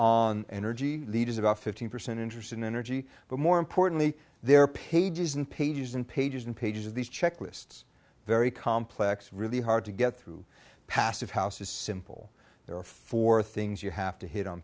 on energy leaders about fifteen percent interest in energy but more importantly there are pages and pages and pages and pages of these checklists very complex really hard to get through passive houses simple there are four things you have to hit on